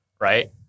right